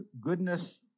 goodness